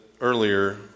earlier